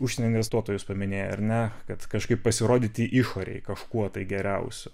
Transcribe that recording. užsienio investuotojus paminėjai ar ne kad kažkaip pasirodyti išorėje kažkuo tai geriausiu